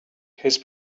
his